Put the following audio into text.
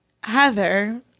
Heather